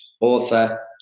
author